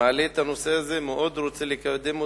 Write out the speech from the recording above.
מעלה את הנושא הזה, הוא מאוד רוצה לקדם אותו.